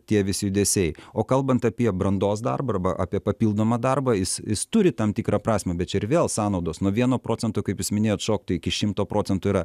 tie visi judesiai o kalbant apie brandos darbą arba apie papildomą darbą jis jis turi tam tikrą prasmę bet čia ir vėl sąnaudos nuo vieno procento kaip jūs minėjot šokti iki šimto procentų yra